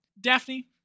Daphne